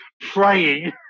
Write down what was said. praying